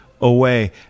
away